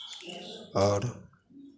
और